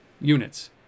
units